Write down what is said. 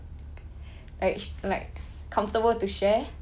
like actu~ like comfortable to share